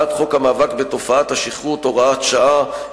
הצעת חוק המאבק בתופעת השכרות (הוראת השעה),